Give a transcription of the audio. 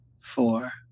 four